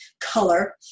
color